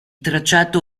tracciato